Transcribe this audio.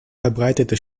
verbreitete